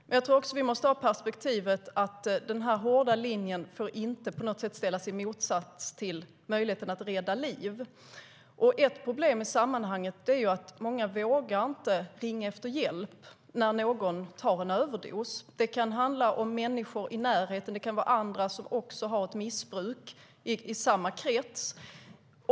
Men jag tror också att vi måste ha perspektivet att den hårda linjen inte på något sätt får sättas i motsats till möjligheten att rädda liv. Ett problem i sammanhanget är att många inte vågar ringa efter hjälp när någon tar en överdos. Det kan handla om människor i närheten, och det kan vara andra i samma krets som också har ett missbruk.